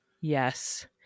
Yes